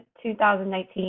2019